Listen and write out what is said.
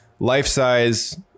life-size